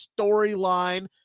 storyline